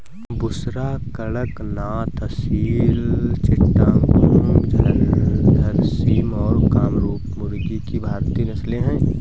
बुसरा, कड़कनाथ, असील चिट्टागोंग, झर्सिम और कामरूपा मुर्गी की भारतीय नस्लें हैं